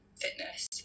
fitness